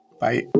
Bye